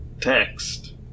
text